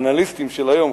האנליסטים של היום,